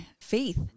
faith